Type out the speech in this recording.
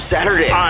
Saturday